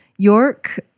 york